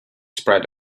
spread